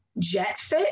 JetFit